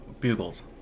Bugles